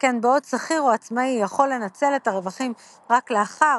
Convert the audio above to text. שכן בעוד שכיר או עצמאי יכול לנצל את הרווחים רק לאחר